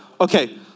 Okay